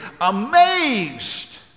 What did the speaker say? amazed